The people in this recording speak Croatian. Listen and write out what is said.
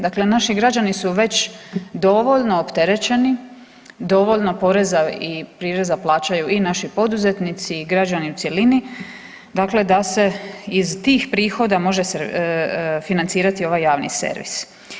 Dakle, naši građani su već dovoljno opterećeni, dovoljno poreza i prireza plaćaju i naši poduzetnici i građani u cjelini, dakle da se iz tih prihoda može se financirati ovaj javni servis.